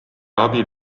abil